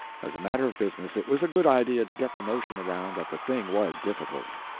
as a matter of business it was a good idea to get the notion around that the thing was difficult.